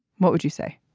what would you say?